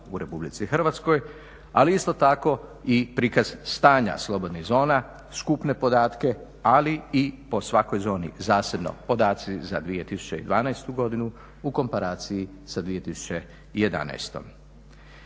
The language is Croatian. u RH, ali isto tako i prikaz stanja slobodnih zona, skupne podatke, ali i po svakoj zoni zasebno podaci za 2012.godinu u komparaciji sa 2011.